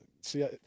See